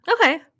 Okay